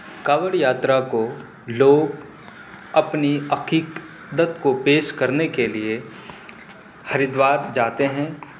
کانوڑ یاترا کو لوگ اپنی عقیدت کو پیش کرنے کے لیے ہریدوار جاتے ہیں